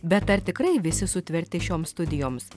bet ar tikrai visi sutverti šioms studijoms